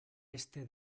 este